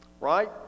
right